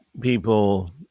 people